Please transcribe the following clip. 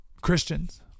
Christians